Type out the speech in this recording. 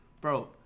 bro